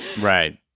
Right